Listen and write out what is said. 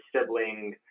sibling